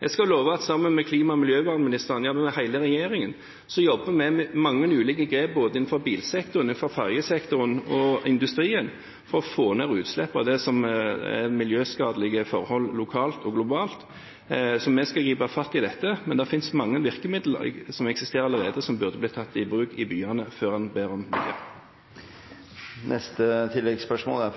Jeg skal love at sammen med klima- og miljøministeren – ja, med hele regjeringen – jobber vi med mange ulike grep innenfor både bilsektoren, fergesektoren og industrien for å få ned utslipp og det som er miljøskadelige forhold lokalt og globalt. Vi skal gripe fatt i dette, men det finnes mange virkemidler, som eksisterer allerede, og som burde blitt tatt i bruk i byene før en ber om …